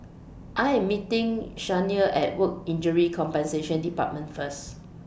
I Am meeting Shania At Work Injury Compensation department First